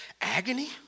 agony